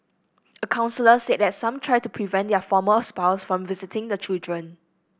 a counsellor said some try to prevent their former spouse from visiting the children